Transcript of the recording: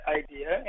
idea